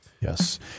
Yes